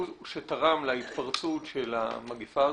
הוא שתרם להתפרצות של המגיפה הזאת.